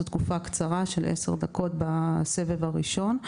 זאת תקופה קצרה של עשר דקות בסבב הראשון,